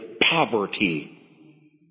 poverty